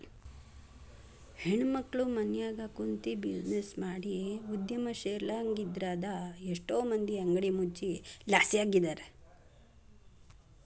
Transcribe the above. ಹೆಣ್ಮಕ್ಳು ಮನ್ಯಗ ಕುಂತ್ಬಿಜಿನೆಸ್ ಮಾಡಿ ಉದ್ಯಮಶೇಲ್ರಾಗಿದ್ರಿಂದಾ ಎಷ್ಟೋ ಮಂದಿ ಅಂಗಡಿ ಮುಚ್ಚಿ ಲಾಸ್ನ್ಯಗಿದ್ದಾರ